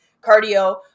cardio